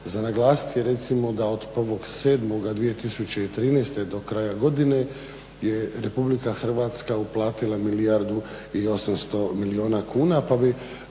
Za naglasiti je recimo da od 1.7.2013. do kraja godine je Republika Hrvatska uplatila milijardu i 800 milijuna kuna, pa bi